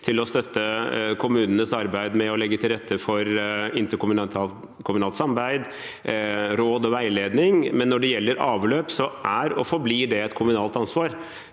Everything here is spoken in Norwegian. til å støtte kommunenes arbeid med å legge til rette for interkommunalt samarbeid, råd og veiledning, men når det gjelder avløp, er og forblir det et kommunalt ansvar.